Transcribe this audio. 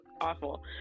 awful